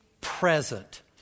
present